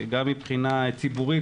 מבחינה ציבורית,